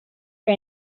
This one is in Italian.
che